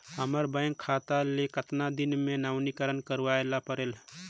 हमर बैंक खाता ले कतना दिन मे नवीनीकरण करवाय ला परेल?